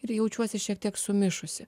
ir jaučiuosi šiek tiek sumišusi